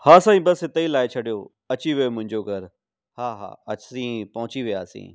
हा साईं बसि हिते ई लाइ छॾियो अची वियो मुंहिंजो घर हा हा असीं पहुची वियासीं